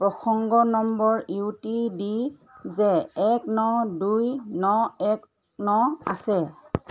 প্ৰসংগ নম্বৰ U T D J এক ন দুই ন এক ন আছে